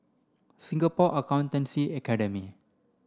Singapore Accountancy Academy